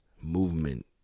movement